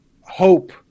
hope